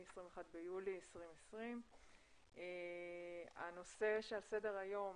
21 ביולי 2020. הנושא שעל סדר היום,